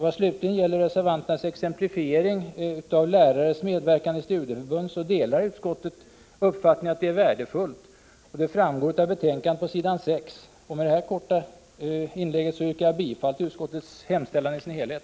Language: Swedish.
Vad slutligen gäller reservanternas exemplifiering av lärarnas medverkan i studieförbund delar utskottet uppfattningen att det är värdefullt. Det framgår av betänkandet på s. 6. Med detta korta inlägg yrkar jag bifall till utskottets hemställan i dess helhet.